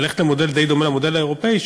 מודל די דומה למודל האירופי,